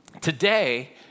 today